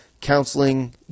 counseling